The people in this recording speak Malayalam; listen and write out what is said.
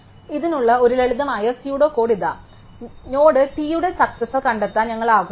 ഇതിനുള്ള ഒരു ലളിതമായ പ്സെഡോ കോഡ് ഇതാ അതിനാൽ നോഡ് t യുടെ സക്സസാർ കണ്ടെത്താൻ ഞങ്ങൾ ആഗ്രഹിക്കുന്നു